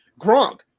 Gronk